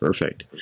Perfect